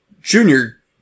Junior